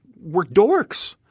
we're dorks.